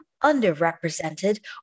underrepresented